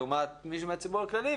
לעומת מישהו מהציבור הכללי,